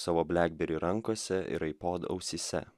savo blekbery rankose ir ipod ausyse